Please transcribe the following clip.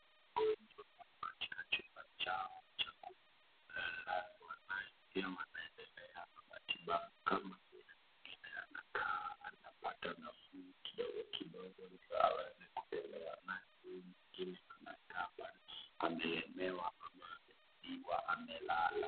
Wagonjwa katika chumba chao cha kulazwa, nayepia anaendelea na matibabu, kama vile mwingine anakaa anapata nafuu kidogo kidogo, ndio aweze kutembea. Na mwingine anakaa ameelemewa ama amezidiwa amelala.